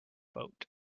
boat